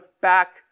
back